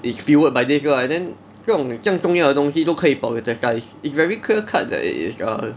is fueled by this lah and then 这种这样重要的东西都可以 politicise it's very clear cut that it is err